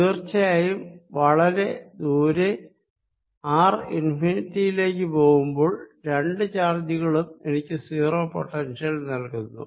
തീർച്ചയായും വളരെ ദൂരെ ആർ ഇൻഫിനിറ്റിയിലേക്ക് പോകുമ്പോൾ രണ്ടു ചാർജുകളും എനിക്ക് 0 പൊട്ടൻഷ്യൽ നൽകുന്നു